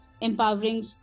empowering